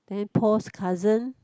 then Paul's cousin